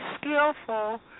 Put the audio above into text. skillful